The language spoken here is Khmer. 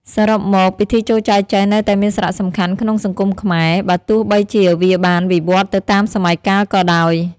សរុបមក ពិធីចូលចែចូវនៅតែមានសារៈសំខាន់ក្នុងសង្គមខ្មែរ បើទោះបីជាវាបានវិវឌ្ឍន៍ទៅតាមសម័យកាលក៏ដោយ។